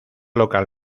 local